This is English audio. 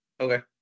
Okay